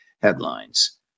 headlines